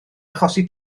achosi